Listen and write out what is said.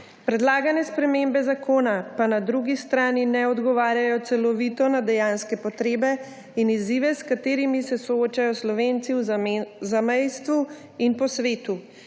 Predlagane spremembe zakona pa na drugi strani ne odgovarjajo celovito na dejanske potrebe in izzive, s katerimi se soočajo Slovenci v zamejstvu in po svetu.